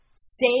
stay